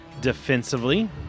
defensively